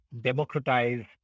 democratize